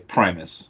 Primus